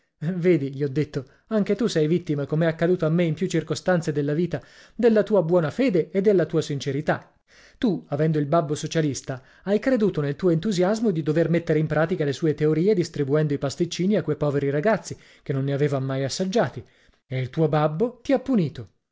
ridere vedi gli ho detto anche tu sei vittima com'è accaduto a me in più circostanze della vita della tua buona fede e della tua sincerità tu avendo il babbo socialista hai creduto nel tuo entusiasmo di dover mettere in pratica le sue teorie distribuendo i pasticcini a que poveri ragazzi che non ne avevan mai assaggiati e il tuo babbo ti ha punito